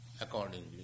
accordingly